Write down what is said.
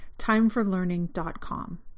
Timeforlearning.com